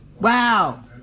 Wow